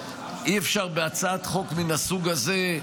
שאי-אפשר, בהצעת חוק מן הסוג הזה,